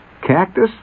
cactus